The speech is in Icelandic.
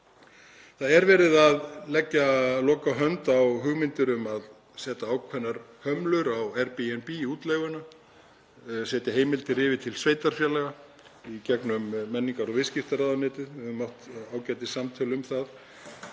Það er verið að leggja lokahönd á hugmyndir um að setja ákveðnar hömlur á Airbnb-útleiguna, að setja heimildir yfir til sveitarfélaga í gegnum menningar- og viðskiptaráðuneytið. Við höfum átt ágætissamtöl um það.